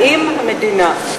האם המדינה,